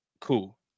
Cool